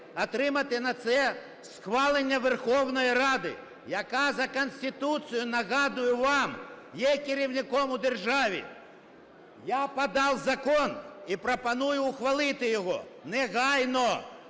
отримати на це схвалення Верховної Ради, яка за Конституцією, нагадую вам, є керівником у державі. Я подав закон і пропоную ухвалити його негайно,